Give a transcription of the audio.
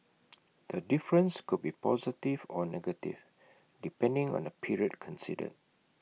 the difference could be positive or negative depending on the period considered